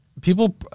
People